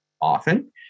Often